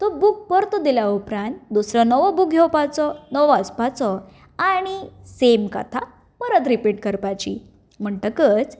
तो बूक परतो दिल्या उपरांत दुसरो नवो बूक घेवपाचो तो वाचपाचो आनी सेम कथा परत रिपीट करपाची म्हणटकच